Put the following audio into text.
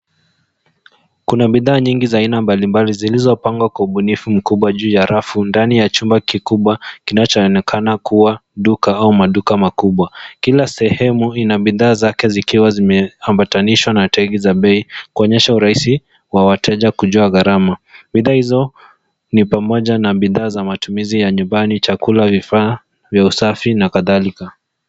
Kuna bidhaa nyingi za aina mbali mbali zilizopangwa kwa ubunifu mkubwa juu ya rafu ndani ya chumba kikubwa kinachoonekana kuwa duka au maduka makubwa. Kila sehemu ina bidhaa zake zikiwa zimeambatanishwa na tegi za bei, kuonyesha urahisi wa wateja kujua gharama. Bidhaa hizo ni pamoja na bidhaa za matumizi ya nyumbani chakula, vifaa vya usafi na kadhalika.